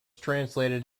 translated